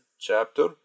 chapter